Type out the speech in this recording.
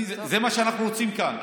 זה מה שאנחנו רוצים כאן.